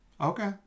Okay